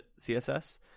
css